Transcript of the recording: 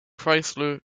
chrysler